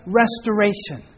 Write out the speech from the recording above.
restoration